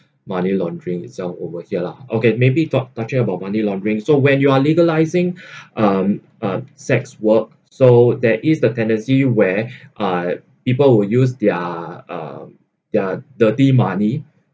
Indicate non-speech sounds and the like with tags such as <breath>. money laundering itself over here lah okay maybe talk touching about money laundering so when you are legalising <breath> um uh sex work so there is the tendency where uh people will use their um their dirty money